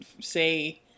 say